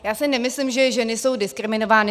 Já si nemyslím, že ženy jsou diskriminovány.